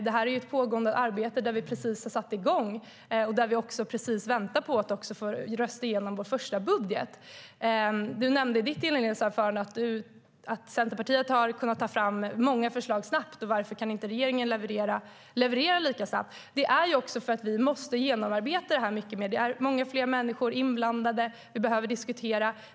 Det här är ett pågående arbete som precis har satt igång, och vi väntar på att få rösta igenom vår första budget. Du nämnde i ditt inledningsanförande att Centerpartiet har kunnat ta fram många förslag snabbt och frågar varför inte regeringen kan leverera lika snabbt. Det är för att vi måste genomarbeta det här mycket mer. Det är många fler människor inblandade, och vi behöver diskutera.